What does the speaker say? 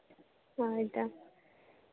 ᱦᱳᱭ ᱛᱚ